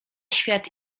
świat